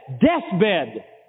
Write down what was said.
deathbed